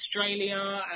Australia